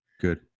Good